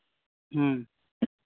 ᱦᱮᱸ